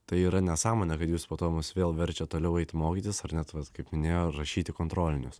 tai yra nesąmonė kad jūs po to mus vėl verčiat toliau eit mokytis ar net vat kaip minėjo rašyti kontrolinius